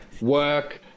work